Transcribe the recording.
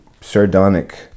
sardonic